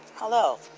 Hello